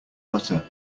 butter